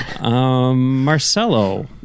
Marcelo